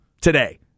today